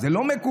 אז זה לא מקובל.